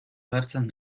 agertzen